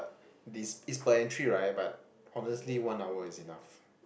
this is per entry right but honestly one hour is enough